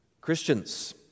Christians